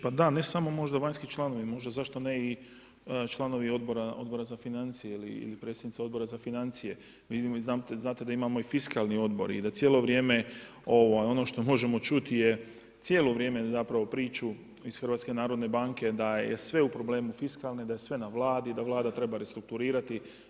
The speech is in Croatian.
Pa da ne samo možda vanjski članovi, zašto ne i članovi Odbora za financije ili predsjednica Odbora za financije znate da imamo i Fiskalni odbor i da cijelo vrijeme ono što možemo čuti je cijelo vrijeme priču iz HNB-a da je sve u problemu fiskalne, da je sve na Vladi, da Vlada treba restrukturirati.